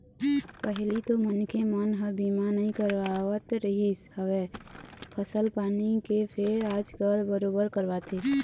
पहिली तो मनखे मन ह बीमा नइ करवात रिहिस हवय फसल पानी के फेर आजकल बरोबर करवाथे